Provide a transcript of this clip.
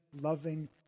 loving